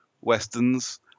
westerns